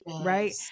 Right